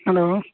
hello